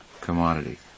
commodity